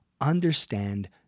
understand